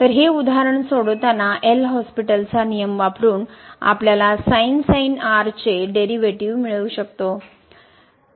तर हे उदाहरण सोडवताना L होसपीटलचा नियम वापरून आपल्याला चे डेरीवेटीव मिळवू शकतो